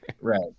Right